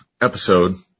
episode